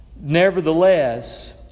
Nevertheless